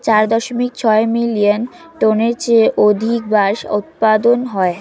চার দশমিক ছয় মিলিয়ন টনের চেয়ে অধিক বাঁশ উৎপাদন হয়